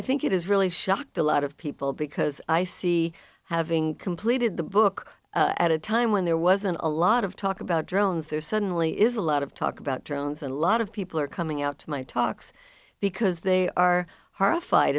i think it is really shocked a lot of people because i see having completed the book at a time when there wasn't a lot of talk about drones there suddenly is a lot of talk about drones and a lot of people are coming out to my talks because they are horrified